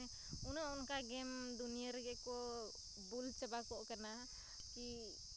ᱢᱟᱱᱮ ᱩᱱᱟᱹᱜ ᱚᱱᱠᱟ ᱜᱮᱢ ᱫᱩᱱᱭᱟᱹ ᱨᱮᱜᱮᱠᱚ ᱵᱩᱞ ᱪᱟᱵᱟᱠᱚᱜ ᱠᱟᱱᱟ ᱠᱤ